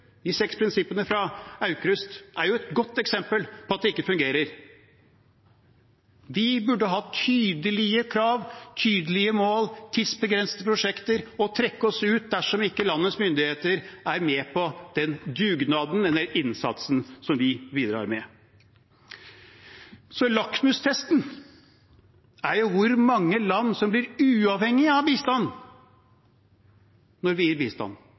De seks prinsippene fra Aukrust er jo et godt eksempel på at det ikke fungerer. Vi burde ha tydelige krav, tydelige mål, tidsbegrensede prosjekter og trekke oss ut dersom ikke landets myndigheter er med på den dugnaden, den innsatsen som vi bidrar med. Lakmustesten er jo hvor mange land som blir uavhengige av bistand når vi gir bistand,